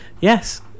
Yes